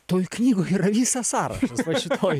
toj knygų yra visas sąrašas va šitoj